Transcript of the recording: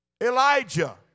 Elijah